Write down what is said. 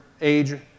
age